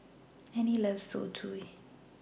Annis loves Zosui